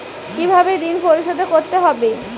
কিভাবে ঋণ পরিশোধ করতে হবে?